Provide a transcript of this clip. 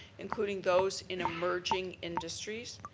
including those in emergency industries,